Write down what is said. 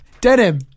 Denim